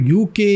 UK